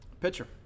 pitcher